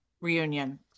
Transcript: reunion